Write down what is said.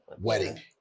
wedding